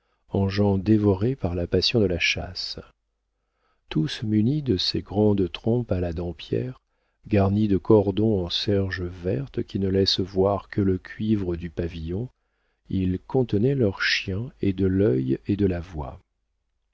gens dévorés par la passion de la chasse tous munis de ces grandes trompes à la dampierre garnies de cordons de serge verte qui ne laissent voir que le cuivre du pavillon ils contenaient leurs chiens et de l'œil et de la voix